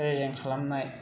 रेजें खालामनाय